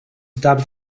dubbed